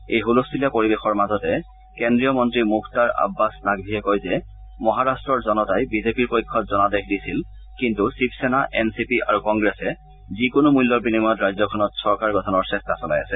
এই হুলস্থূলীয়া পৰিৱেশৰ মাজতে কেন্দ্ৰীয় মন্ত্ৰী মুখতাৰ আববাছ নাকভীয়ে কয় যে মহাৰাট্টৰ জনতাই বিজেপিৰ পক্ষত জনাদেশ দিছিল কিন্তু শিৱসেনা এন চি পি আৰু কংগ্ৰেছে যিকোনো মূল্যৰ বিনিময়ত ৰাজ্যখনত চৰকাৰ গঠনৰ চেষ্টা চলাই আছে